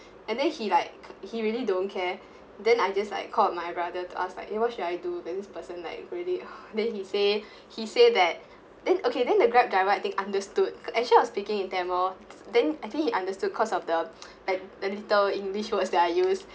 and then he like ca~ he really don't care then I just like called my brother to ask like eh what should I do because this person events like really uh then he say he say that then okay then the grab driver I think understood actually I was speaking in tamil then I think he understood cause of the a little english words that I used